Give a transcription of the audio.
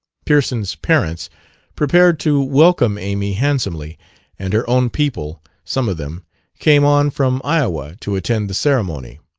pearson's parents prepared to welcome amy handsomely and her own people some of them came on from iowa to attend the ceremony.